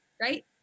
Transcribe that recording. right